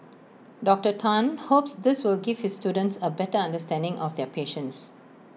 Doctor Tan hopes this will give his students A better understanding of their patients